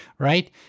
Right